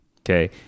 Okay